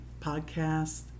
podcast